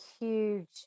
huge